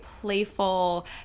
playful